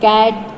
Cat